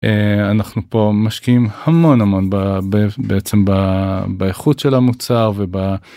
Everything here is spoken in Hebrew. אנחנו פה משקיעים, המון המון בעצם באיכות של המוצר וב...